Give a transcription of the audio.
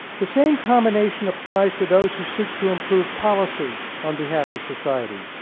the same combination applies to those who seek to improve policy, on behalf of society.